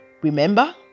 Remember